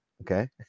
okay